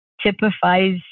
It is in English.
typifies